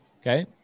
Okay